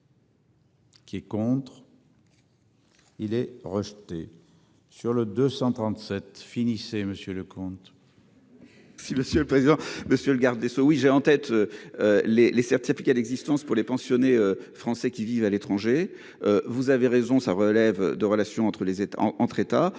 Qui est contre. Il est rejeté sur le 237, finissait, Monsieur le comte. Si monsieur le président, monsieur le garde des Sceaux. Oui, j'ai en tête. Les les certificats d'existence pour les pensionnés français qui vivent à l'étranger. Vous avez raison, ça relève de relations entre les